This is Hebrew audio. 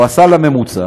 או הסל הממוצע